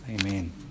amen